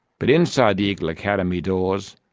but inside the eagle academy doors,